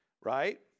right